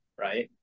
right